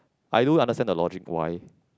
I do understand the logic why